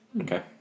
Okay